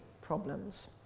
problems